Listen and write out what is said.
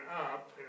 up